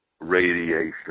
radiation